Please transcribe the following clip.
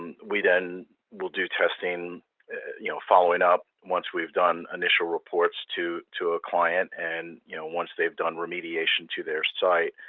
and we then will do testing following up once we've done initial reports to to a client. and once they've done remediation to their site,